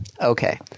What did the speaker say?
Okay